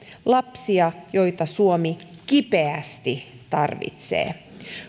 lapsia joita suomi kipeästi tarvitsee